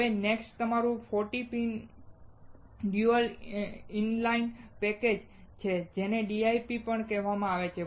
હવે નેક્સ્ટ તમારું 14 pin dual inline package છે તેને DIP પણ કહેવામાં આવે છે